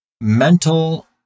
mental